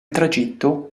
tragitto